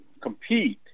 compete